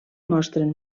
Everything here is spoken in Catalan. mostren